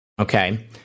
Okay